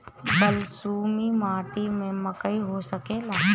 बलसूमी माटी में मकई हो सकेला?